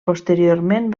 posteriorment